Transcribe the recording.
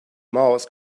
mouse